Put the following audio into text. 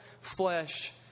flesh